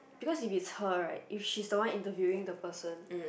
because if it's her right if she's the one interviewing the person